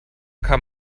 kam